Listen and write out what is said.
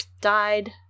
died